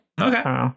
Okay